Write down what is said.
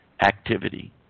activity